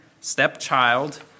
step-child